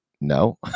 no